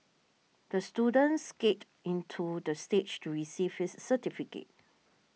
the student skated into the stage to receive his certificate